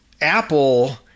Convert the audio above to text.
Apple